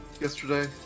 yesterday